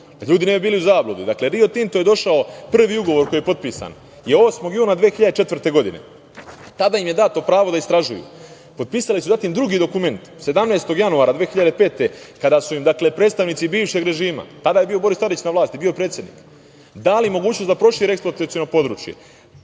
ljudi ne bi bili u zabludi.„Rio Tinto“ je došao i prvi ugovor koji je potpisan je 8. juna 2004. godine. Tada im je dato pravo da istražuju. Potpisali su zatim drugi dokument 17. januara 2005. godine, a kada su im predstavnici bivšeg režima, tada je bio Boris Tadić na vlasti, bio je predsednik, dali mogućnost da prošire eksploataciono područje.